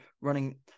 running